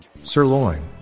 Sirloin